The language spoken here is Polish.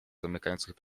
zamykających